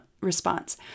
response